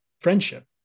friendship